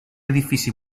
edifici